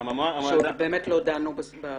שאנחנו לא דנו,